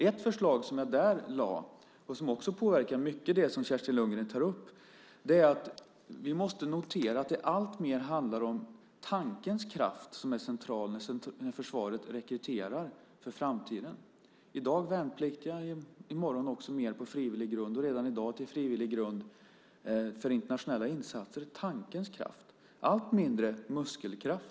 Ett förslag som jag lade fram där, och som också mycket påverkar det som Kerstin Lundgren tar upp, är att vi måste notera att det alltmer handlar om att tankens kraft är central när försvaret rekryterar för framtiden. I dag handlar det om värnpliktiga, och i morgonen sker det mer på frivillig grund. Det sker redan i dag på frivillig grund när det gäller internationella insatser. Det handlar om tankens kraft och allt mindre om muskelkraft.